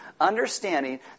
Understanding